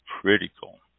critical